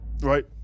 Right